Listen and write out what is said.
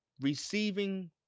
receiving